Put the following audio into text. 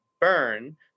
burn